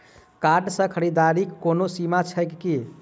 Card सँ खरीददारीक कोनो सीमा छैक की?